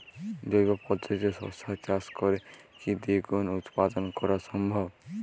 জৈব পদ্ধতিতে শশা চাষ করে কি দ্বিগুণ উৎপাদন করা সম্ভব?